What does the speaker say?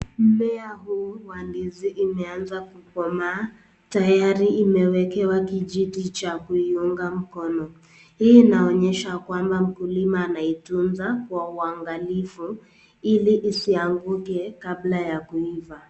Mmea huu wa ndizi imeaza kukomaa tayari imewekewa kijiti cha kuiunga mkono. Hii inaonyesha kwamba mkulima anaitunza kwa uangalifu ili isianguke kabla ya kuiva.